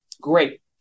Great